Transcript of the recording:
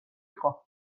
იყო